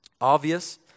obvious